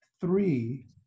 three